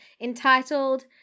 entitled